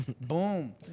Boom